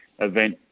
event